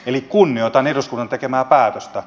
eli kunnioitan eduskunnan tekemää päätöstä